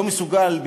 לא מסוגל,